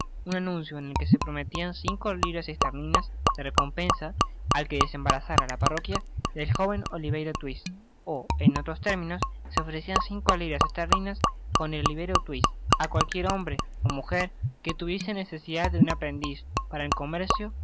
un anuncio en el que se prometian cinco libras esterlinas de recompensa al que desembarazara la parroquia del joven oliverio twist ó en otros términos se ofrecian cinco libras esterlinas con oliverio twist á cualquiera hombre ó muger que tuviese necesidad de un aprendiz para el comercio los